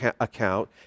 account